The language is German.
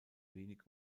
wenig